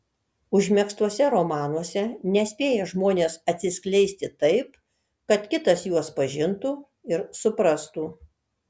užmegztuose romanuose nespėja žmonės atsiskleisti taip kad kitas juos pažintų ir suprastų